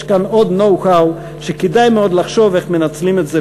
יש כאן עוד know-how שכדאי מאוד לחשוב איך מנצלים את זה